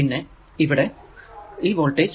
പിന്നെ ഈ വോൾടേജ് കൾ എന്നത് V1 V2 പിന്നെ V3 എന്നിവ ആണ്